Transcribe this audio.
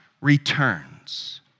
returns